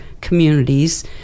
communities